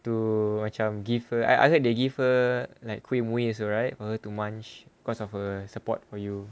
to macam give her I I heard they give her like cremeway alright for her to munch cause of her support for you